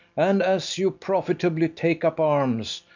and, as you profitably take up arms,